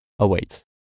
Await